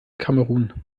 kamerun